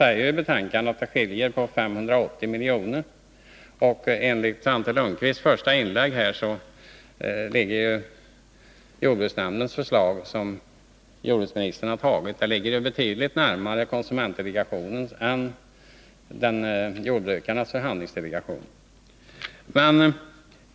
I betänkandet sägs att det skiljer på 580 miljoner, och enligt Svante Lundkvist första inlägg här ligger jordbruksnämndens förslag, som jordbruksministern anslutit sig till, betydligt närmare konsumentdelegationens förslag än jordbrukarnas förhandlingsdelegations.